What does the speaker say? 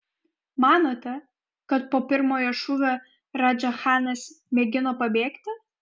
manote kad po pirmojo šūvio radža chanas mėgino pabėgti